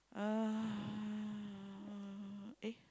uh eh